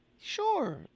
Sure